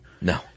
No